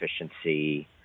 efficiency